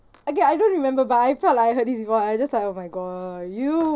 okay I don't remember but I felt like I heard this before I just like oh my god you